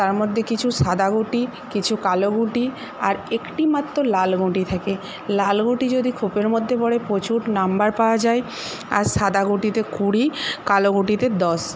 তার মধ্যে কিছু সাদা গুটি কিছু কালো গুটি আর একটিমাত্র লাল গুটি থাকে লাল গুটি যদি খোপের মধ্যে পড়ে প্রচুর নাম্বার পাওয়া যায় আর সাদা গুটিতে কুড়ি আর কালো গুটিতে দশ